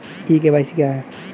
ई KYC क्या है?